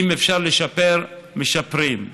אם אפשר לשפר, משפרים.